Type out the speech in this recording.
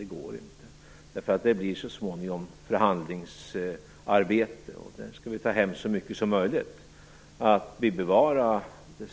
Det går inte, därför att det blir så småningom ett förhandlingsarbete, och där skall vi ta hem så mycket som möjligt. Vi vill bevara ett